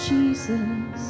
Jesus